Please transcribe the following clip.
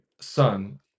son